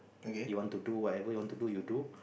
you want to do whatever you want to do you do